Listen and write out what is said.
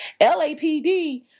LAPD